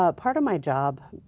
ah part of my job,